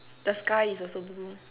the sky is also blue